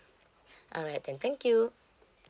alright then thank you